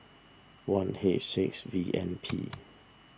one H six V N P